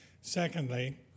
Secondly